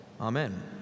Amen